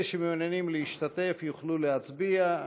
אלה שמעוניינים להשתתף יוכלו להצביע.